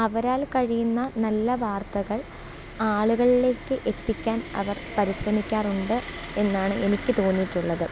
അവരാൽ കഴിയുന്ന നല്ല വാർത്തകൾ ആളുകളിലേക്ക് എത്തിക്കാൻ അവർ പരിശ്രമിക്കാറുണ്ട് എന്നാണ് എനിക്ക് തോന്നീട്ടൊള്ളത്